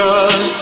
God